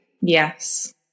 Yes